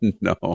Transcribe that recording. No